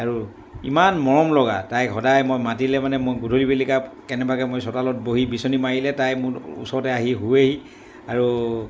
আৰু ইমান মৰম লগা তাইক সদায় মই মাতিলে মানে মই গধূলি বেলিকা কেনেবাকৈ মই চোতালত বহি বিছনী মাৰিলে তাই মোৰ ওচৰতে আহি শুৱেহি আৰু